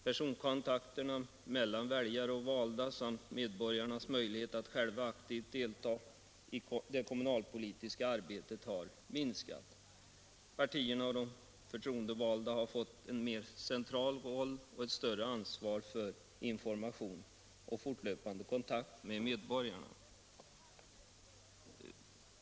Personkontakterna mellan väljare och valda samt medborgarnas möjlighet att själva aktivt delta i det kommunalpolitiska arbetet har minskat. Partierna och de förtroendevalda har fått en mer central roll och ett större ansvar för information och fortlöpande kontakt med medborgarna.